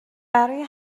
برای